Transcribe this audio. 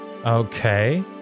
Okay